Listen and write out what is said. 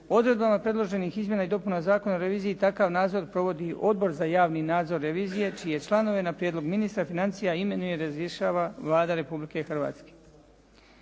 odredbama predloženih izmjena i dopuna Zakona o reviziji takav nadzor provodi Odbor za javni nadzor revizije čije članove na prijedlog ministra financija imenuje i razrješava Vlada Republike Hrvatske.